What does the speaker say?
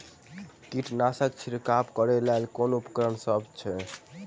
कीटनासक छिरकाब करै वला केँ उपकरण सब छै?